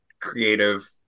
creative